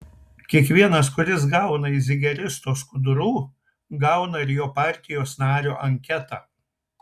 kiekvienas kuris gauna iš zigeristo skudurų gauna ir jo partijos nario anketą